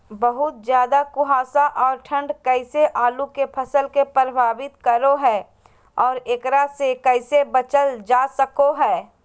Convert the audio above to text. बहुत ज्यादा कुहासा और ठंड कैसे आलु के फसल के प्रभावित करो है और एकरा से कैसे बचल जा सको है?